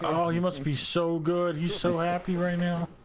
all you must be so good he so happier now